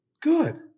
Good